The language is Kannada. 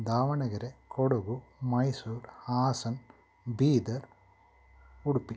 ದಾವಣಗೆರೆ ಕೊಡಗು ಮೈಸೂರು ಹಾಸನ ಬೀದರ್ ಉಡುಪಿ